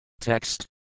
Text